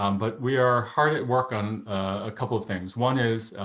um but we are hard at work on a couple of things. one is,